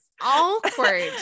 Awkward